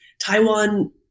Taiwan